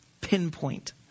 pinpoint